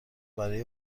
برای